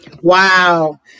Wow